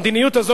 המדיניות הזאת,